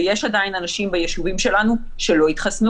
ויש עדיין אנשים ביישובים שלנו שלא התחסנו